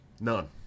None